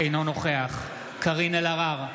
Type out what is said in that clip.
אינו נוכח קארין אלהרר,